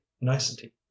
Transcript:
nicety